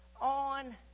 on